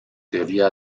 teoría